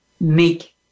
make